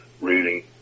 reading